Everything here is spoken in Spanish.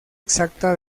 exacta